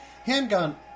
Handgun